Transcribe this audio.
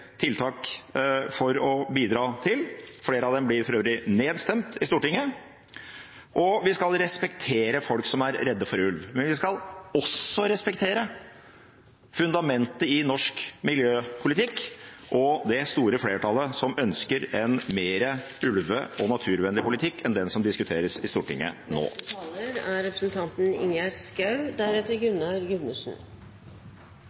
tiltak for å bidra til – flere av dem blir for øvrig nedstemt i Stortinget – og vi skal respektere folk som er redde for ulv. Men vi skal også respektere fundamentet i norsk miljøpolitikk og det store flertallet som ønsker en mer ulve- og naturvennlig politikk enn den som diskuteres i Stortinget nå.